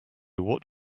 what